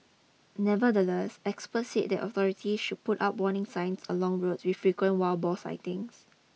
nevertheless experts said that authorities should put up warning signs along roads with frequent wild boar sightings